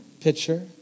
picture